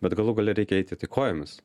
bet galų gale reikia eiti tai kojomis